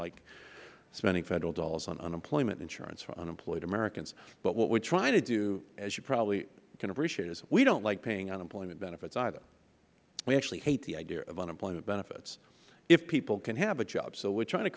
like spending federal dollars on unemployment insurance for unemployed americans but what we are trying to as you can probably appreciate is we don't like paying unemployment benefits either we actually hate the idea of unemployment benefits if people can have a job so we are trying to